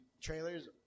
trailers